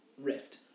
Rift